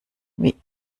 wie